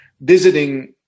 visiting